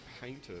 painter